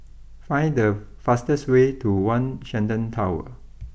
find the fastest way to one Shenton Tower